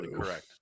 correct